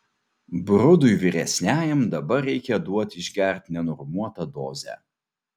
brudui vyresniajam dabar reikia duot išgert nenormuotą dozę